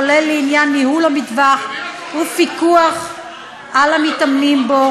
כולל לעניין ניהול המטווח ופיקוח על המתאמנים בו,